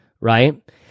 right